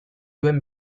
duen